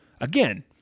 again